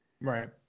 Right